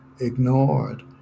ignored